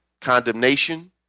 condemnation